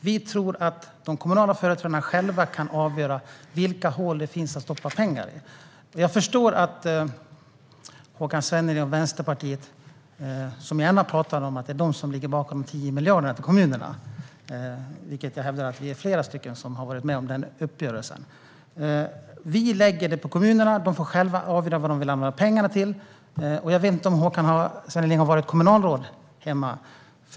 Vi tror att de kommunala företrädarna själva kan avgöra vilka hål det finns att stoppa pengar i. Håkan Svenneling och Vänsterpartiet pratar gärna om att det är de som ligger bakom de 10 miljarderna till kommunerna - jag hävdar att vi är flera som har varit med om den uppgörelsen. Vi lägger det på kommunerna. De får själva avgöra vad de vill använda pengarna till. Jag vet inte om Håkan Svenneling har varit kommunalråd.